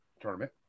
tournament